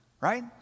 Right